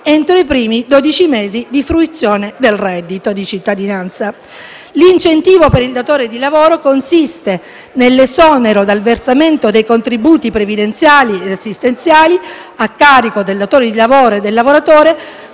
entro i primi dodici mesi di fruizione del reddito di cittadinanza. L'incentivo per il datore di lavoro consiste nell'esonero dal versamento dei contributi previdenziali ed assistenziali, a carico del datore di lavoro e del lavoratore,